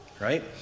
right